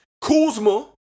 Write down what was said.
Kuzma